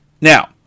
now